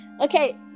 Okay